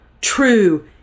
true